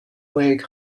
wake